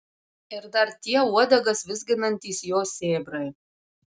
ir dar tie uodegas vizginantys jo sėbrai